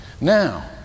Now